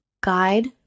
guide